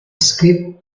scripts